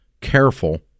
careful